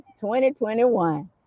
2021